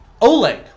Oleg